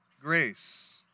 grace